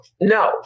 no